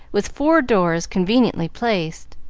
with four doors conveniently placed.